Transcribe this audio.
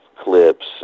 clips